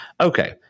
Okay